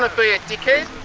like be a dickhead.